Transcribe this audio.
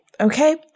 okay